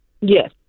yes